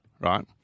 right